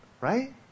right